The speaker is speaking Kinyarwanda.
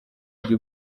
bwe